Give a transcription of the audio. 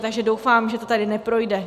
Takže doufám, že to tady neprojde.